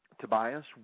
Tobias